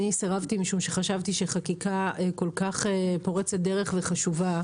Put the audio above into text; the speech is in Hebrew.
אני סירבתי משום שחשבתי שחקיקה כל כך פורצת דרך וחשובה,